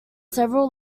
several